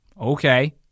Okay